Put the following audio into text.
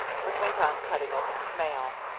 but went on cutting open his mail.